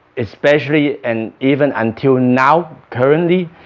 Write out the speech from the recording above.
especially and even until now currently